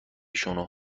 شونو